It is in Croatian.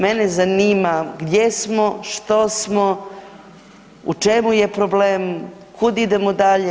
Mene zanima gdje smo, što smo, u čemu je problem, kud idemo dalje?